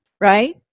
right